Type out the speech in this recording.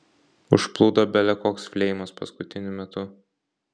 užplūdo bele koks fleimas paskutiniu metu